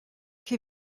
che